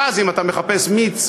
ואז אם אתה מחפש מיץ,